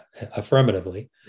affirmatively